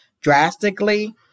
drastically